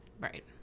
right